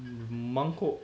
mangkuk